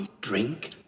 drink